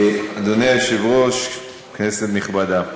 אדוני היושב-ראש, כנסת נכבדה,